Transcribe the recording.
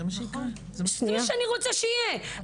זה מה שאני רוצה שיהיה.